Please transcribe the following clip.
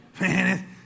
Man